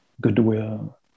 goodwill